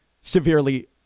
severely